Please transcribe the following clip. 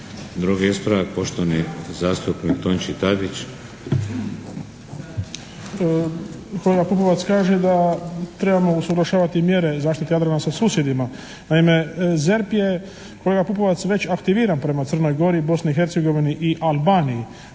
Drugi ispravak poštovani zastupnik Tonči Tadić. **Tadić, Tonči (HSP)** Kolega Pupovac kaže da trebamo usaglašavati mjere zaštite Jadrana sa susjedima. Naime, ZERP je kolega Pupovac već aktiviran prema Crnoj Gori, Bosni i Hercegovini i Albaniji.